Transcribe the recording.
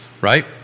right